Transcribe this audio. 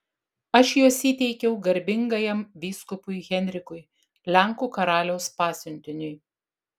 aš juos įteikiau garbingajam vyskupui henrikui lenkų karaliaus pasiuntiniui